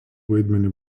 vaidmenį